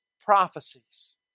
prophecies